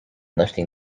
lifting